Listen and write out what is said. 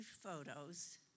photos